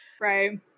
Right